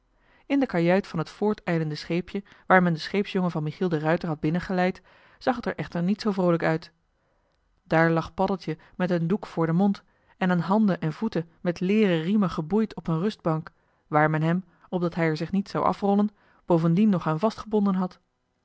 in de kajuit van het voortijlende scheepje waar men den scheepsjongen van michiel de ruijter had binnen geleid zag het er echter niet zoo vroolijk uit daar lag paddeltje met een doek voor den mond en aan handen en voeten met leeren riemen geboeid op een rustbank waar men hem opdat hij er zich niet zou afrollen bovendien nog aan vastgebonden had